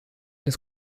des